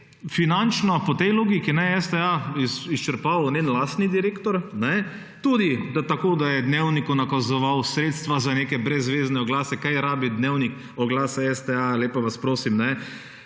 finančno po tej logiki STA izčrpaval njen lastni direktor, tudi tako, da je dnevniku nakazoval sredstva za neke brezvezne oglase, kaj rabi dnevnik oglase STA, lepo vas prosim.